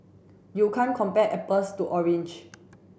you can't compare apples to orange